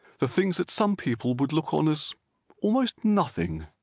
the things that some people would look on as almost nothing.